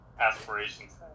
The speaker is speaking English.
aspirations